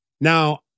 now